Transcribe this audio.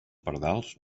pardals